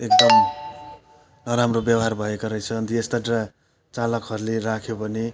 एकदम नराम्रो व्यवहार भएको रहेछ अन्त यस्तो ड्राइ चालकहरूले राख्यो भने